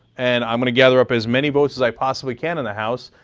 and i'm going to gather up as many votes as i possibly can in the house,